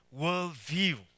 worldview